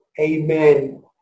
Amen